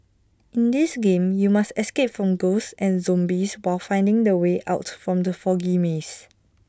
in this game you must escape from ghosts and zombies while finding the way out from the foggy maze